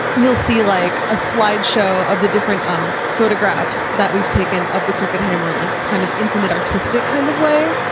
you'll see like a slideshow of the different um photographs that we've taken of the crooked hammer and like this kind of intimate, artistic kind of way,